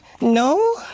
no